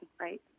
right